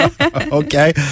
okay